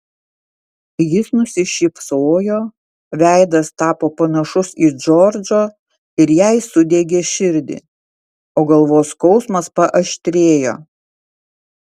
jis nusišypsojo veidas tapo panašus į džordžo ir jai sudiegė širdį o galvos skausmas paaštrėjo